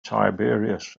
tiberius